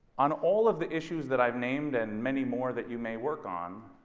on all of the issues that i have named and many more that you may work on,